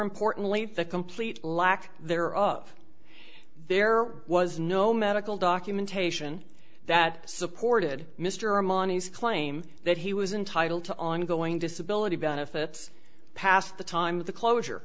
importantly the complete lack thereof there was no medical documentation that supported mr armani's claim that he was entitle to ongoing disability benefits past the time of the closure